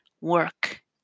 work